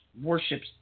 warships